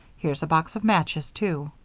here's a box of matches, too.